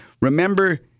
Remember